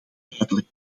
duidelijk